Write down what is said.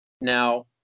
Now